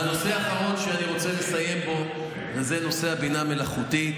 הנושא האחרון שאני רוצה לסיים בו הוא נושא הבינה המלאכותית.